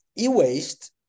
E-waste